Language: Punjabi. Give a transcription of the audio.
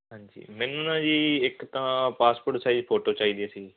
ਹਾਂਜੀ ਮੈਨੂੰ ਨਾ ਜੀ ਇੱਕ ਤਾਂ ਪਾਸਪੋਰਟ ਸਾਈਜ਼ ਫੋਟੋ ਚਾਹੀਦੀਆਂ ਸੀ